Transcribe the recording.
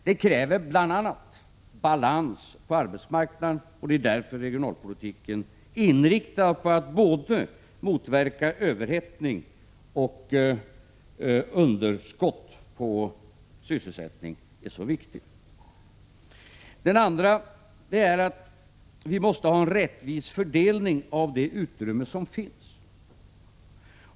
Det kräver bl.a. balans på arbetsmarknaden, och det är därför en regionalpolitik inriktad på att motverka både överhettning och underskott på sysselsättning är så viktig. Det andra är att vi måste få en rättvis fördelning av det utrymme som finns.